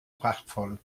prachtvoll